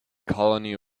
colony